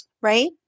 Right